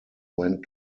went